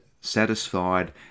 satisfied